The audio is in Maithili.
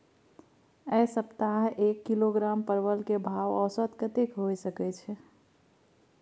ऐ सप्ताह एक किलोग्राम परवल के भाव औसत कतेक होय सके छै?